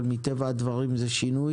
אבל זה טבעו של שינוי.